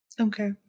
Okay